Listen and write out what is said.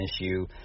issue